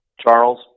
Charles